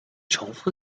重复